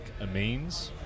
amines